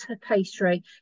pastry